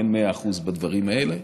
אין מאה אחוז בדברים האלה,